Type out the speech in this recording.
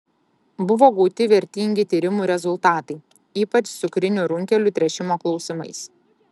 buvo gauti vertingi tyrimų rezultatai ypač cukrinių runkelių tręšimo klausimais